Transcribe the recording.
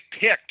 picked